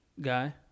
guy